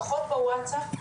פחות בווטסאפ,